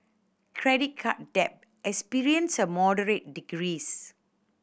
credit card debt experienced a moderate decrease